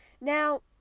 Now